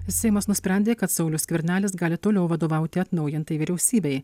seimas nusprendė kad saulius skvernelis gali toliau vadovauti atnaujintai vyriausybei